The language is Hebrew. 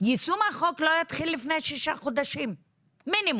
יישום החוק לא יתחיל לפני שישה חודשים מינימום,